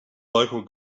local